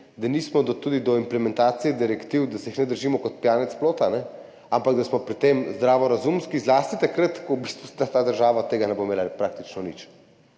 da se tudi implementacij direktiv ne držimo kot pijanec plota, ampak da smo pri tem zdravorazumski zlasti takrat, ko v bistvu ta država od tega ne bo imela praktično nič.